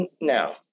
no